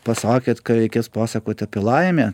pasakėt ką reikės pasakoti apie laimę